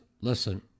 listen